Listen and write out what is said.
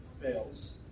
fails